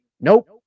nope